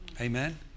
Amen